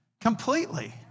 completely